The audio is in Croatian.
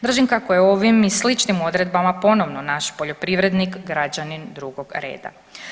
Držim kako je ovim i sličnim odredbama ponovno naš poljoprivrednik građanin drugog reda.